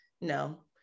No